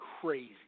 crazy